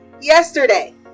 yesterday